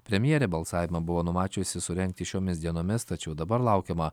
premjerė balsavimą buvo numačiusi surengti šiomis dienomis tačiau dabar laukiama